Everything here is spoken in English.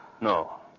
No